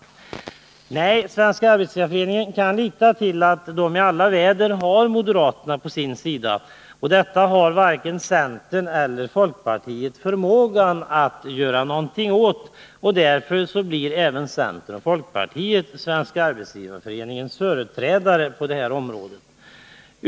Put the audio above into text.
Nej, Svenska arbetsgivareföreningen kan lita till att man i alla väder har moderaterna på sin sida. Detta har varken centern eller folkpartiet förmåga att göra någonting åt, och därför blir även centern och folkpartiet Svenska arbetsgivareföreningens företrädare på det här området.